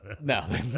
No